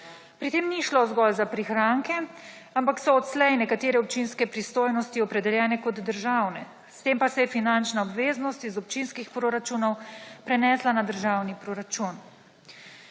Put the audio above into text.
Pri tem ni šlo zgolj za prihranke, ampak so odslej nekatere občinske pristojnosti opredeljene kot državne, s tem pa se je finančna obveznost iz občinskih proračunov prenesla na državni proračun.